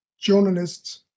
journalists